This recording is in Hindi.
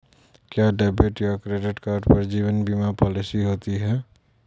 क्या डेबिट या क्रेडिट कार्ड पर जीवन बीमा पॉलिसी होती है?